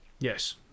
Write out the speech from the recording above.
Yes